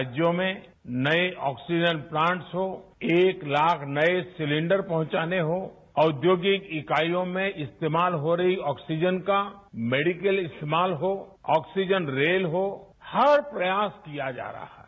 राज्य में नए ऑक्सीजन प्लांट्स हो एक लाख नए सिलेंडर पहुंचाने हो औद्योगिक इकाइयों में इस्तेमाल हो रही ऑक्सीजन का मेडिकल इस्तेमाल हो ऑक्सीजनरेल हो हर प्रयास किया जा रहा है